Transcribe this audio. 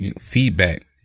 Feedback